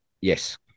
Yes